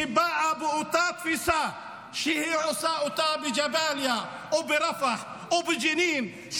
שבאה באותה תפיסה שהיא עושה בג'באליה או ברפיח או בג'נין,